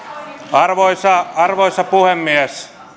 käynyt arvoisa puhemies